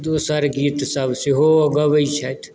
दोसर गीत सब सेहो गबै छथि